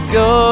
go